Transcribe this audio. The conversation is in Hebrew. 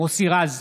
מוסי רז,